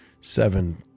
seven